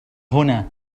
هنا